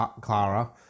Clara